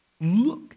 look